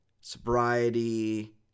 sobriety